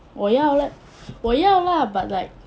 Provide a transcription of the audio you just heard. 我要了我要 lah but like